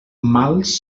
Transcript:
mals